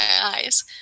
eyes